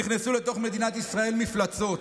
נכנסו לתוך מדינת ישראל מפלצות.